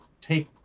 take